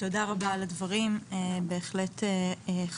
תודה רבה על הדברים, הם בהחלט חשובים.